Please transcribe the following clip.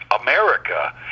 America